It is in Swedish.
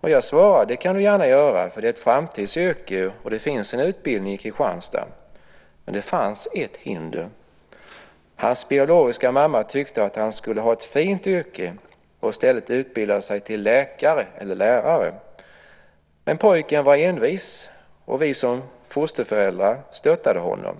Jag svarade att det kan du gärna göra, för det är ett framtidsyrke och det finns en utbildning i Kristianstad. Men det fanns ett hinder; hans biologiska mamma tyckte att han skulle ha ett "fint" yrke och i stället utbilda sig till läkare eller lärare. Pojken var envis, och vi som fosterföräldrar stöttade honom.